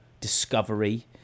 discovery